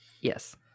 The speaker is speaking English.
Yes